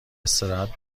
استراحت